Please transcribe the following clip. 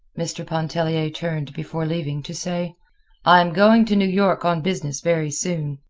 mr. pontellier turned before leaving to say i am going to new york on business very soon.